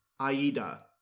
Aida